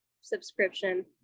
subscription